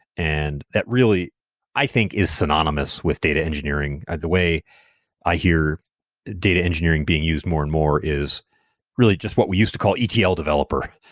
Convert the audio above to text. and that really i think is synonymous with data engineering. the way i hear data engineering being used more and more is really just what we used to call etl developer.